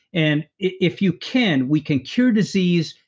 and if you can, we can cure disease,